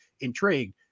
intrigued